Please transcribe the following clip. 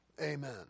Amen